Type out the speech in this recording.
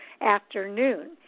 afternoon